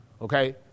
okay